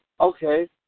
okay